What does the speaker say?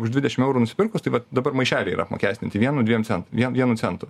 už dvidešim eurų nusipirkus tai vat dabar maišeliai yra apmokestinti vienu dviem cent vien vienu centu